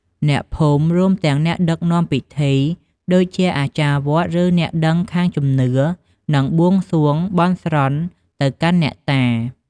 អ្នកភូមិ រួមទាំងអ្នកដឹកនាំពិធី ដូចជាអាចារ្យវត្ត ឬអ្នកដឹងខាងជំនឿ នឹងបួងសួងបន់ស្រន់ទៅកាន់អ្នកតា។